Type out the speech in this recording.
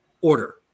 order